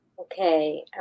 Okay